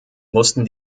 mussten